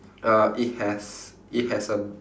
uh it has it has um